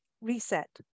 reset